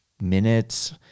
minutes